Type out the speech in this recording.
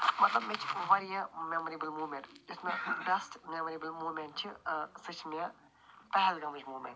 مطلب مےٚ چھِ واریاہ میٚموریبٕل موٗمیٚنٛٹ یۄس مےٚ بیٚسٹہٕ میٚموریبٕل موٗمیٚنٛٹ چھِ ٲں سۄ چھِ مےٚ پَہلگامٕچۍ موٗمیٚنٛٹ